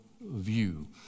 view